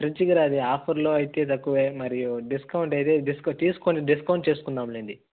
fridge రాదు అది ఆఫర్లో అయితే తక్కువ మరియు డిస్కౌంట్ అయితే డిస్కౌంట్ తీసుకోండి డిస్కౌంట్ చేసుకుందాం లేండి